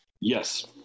Yes